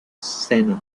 zeno